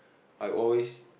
I always